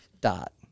Dot